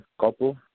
couple